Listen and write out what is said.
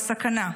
בסכנה.